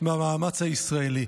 מהמאמץ הישראלי.